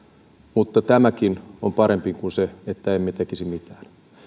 mutta tämäkin on parempi kuin se että emme tekisi mitään